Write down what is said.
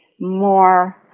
more